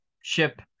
Ship